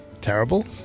Terrible